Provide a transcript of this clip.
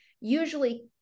usually